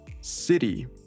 City